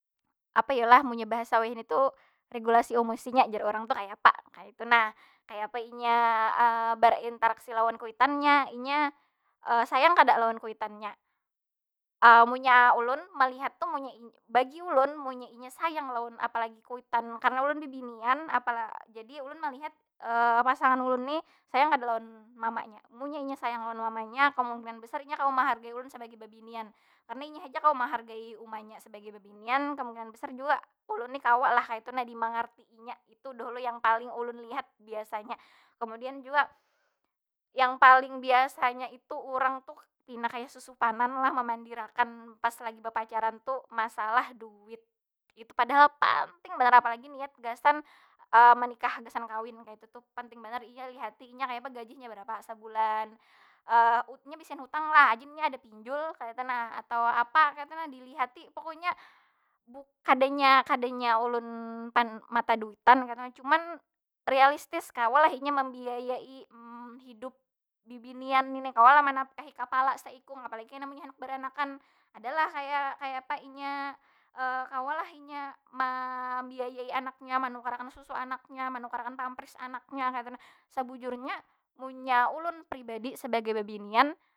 Apa yu lah? Munnya bahasa wahini tu regulasi emosinya, jar urang tu kayapa? Kaytu nah. Kayapa inya barinteraksi lawan kuitannya? Inya saya kada lawan kuitannya? munnya ulun, malihat tu munnya bagi ulun, munnya inya sayang lawan, apalagi kuitan, karna ulun ni binian, apa jadi ulun malihat pasangan ulun ni sayang kada lawan mamanya? Munnya inya sayang lawan mamanya, kemungkinan besar inya kawa mahargai ulun sabagai babinian. Karena inya haja kawa mahargai umanya sabagai babinian, kemungkinan besar jua ulun ni kawa lah kaytu nah dimangarti inya. Itu dahulu yang paling ulun lihat biasanya. Kemudian jua, yang paling biasanya itu, urang tu pina kaya susupanan lah memandir akan pas lagi bapacaran tu masalah duit. Itu padahal panting banar apalagi niat gasan manikah, gasan kawin kaytu tu. Penting banar iya lihati inya kayapa gajihnya barapa sabulan? inya bisian hutang lah? Ajin nya ada pinjul kaytu nah. Atau apa kaytu nah dilihati, pokonya. Kadanya- kadanya ulun mata duitan kaytu nah. Cuman rialistis, kawa lah inya membiayai hidup bibinian ini? Kawa lah manafkahi kapala seikung? Apalagi kena munnya handak baranakan, adalah kaya kayapa inya kawa lah inya mambiayai anaknya? Manukar akan susu anaknya? Manukar akan pampers anaknya? Kaytu nah. Sabujurnya munnya ulun pribadi sabagi babinian.